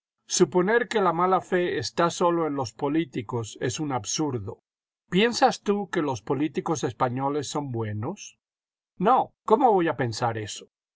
suponer que la mala fe está sólo en los políticos es un absurdo piensas tú que los políticos españoles son buenos no cómo voy a pensar eso